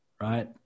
Right